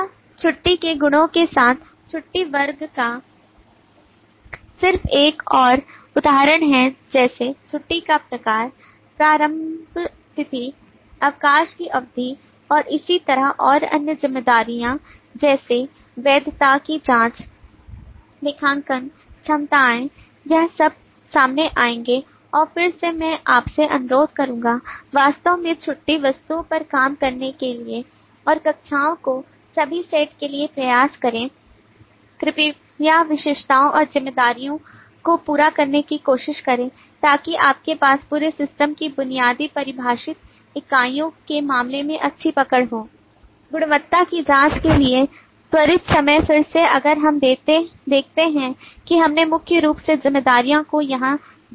यह छुट्टी के गुणों के साथ छुट्टी वर्ग का सिर्फ एक और उदाहरण है जैसे छुट्टी का प्रकार प्रारंभ तिथि अवकाश की अवधि और इसी तरह और अन्य जिम्मेदारियाँ जैसे वैधता की जाँच लेखांकन क्षमताएं यह सब सामने आएंगे और फिर से मैं आपसे अनुरोध करूंगा वास्तव में छुट्टी वस्तुओं पर काम करने के लिए और कक्षाओं के सभी सेट के लिए प्रयास करें कृपया विशेषताओं और जिम्मेदारी को पूरा करने की कोशिश करें ताकि आपके पास पूरे सिस्टम की बुनियादी परिभाषित इकाइयों के मामले में अच्छी पकड़ हो गुणवत्ता की जांच के लिए त्वरित समय फिर से अगर हम देखते हैं कि हमने मुख्य रूप से जिम्मेदारियों को यहां जोड़ा है